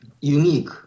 unique